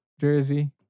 jersey